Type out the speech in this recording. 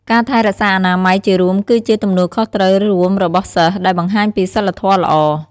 ការថែរក្សាអនាម័យជារួមគឺជា ទំនួលខុសត្រូវរួមរបស់សិស្ស ដែលបង្ហាញពីសីលធម៌ល្អ។